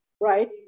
Right